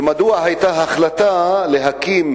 ומדוע היתה החלטה להקים